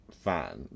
fan